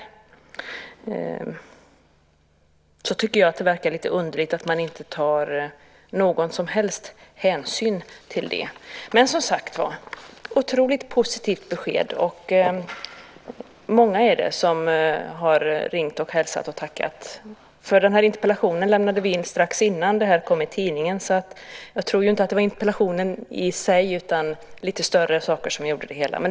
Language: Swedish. Men som sagt var, det är ett otroligt positivt besked. Det är många som har ringt och hälsat och tackat. Vi lämnade in interpellationen strax innan det kom i tidningen. Jag tror inte att det var interpellationen i sig som gjorde det hela, utan det var lite större saker.